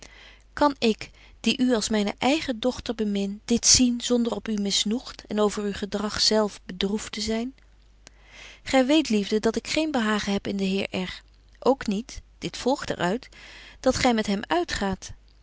kan ik die u als myne eigen dochter bemin dit zien zonder op u misnoegt en over uw gedrag zelf bedroeft te zyn gy weet liefde dat ik geen behagen heb in den heer r ook niet dit volgt er uit dat gy met hem uitgaat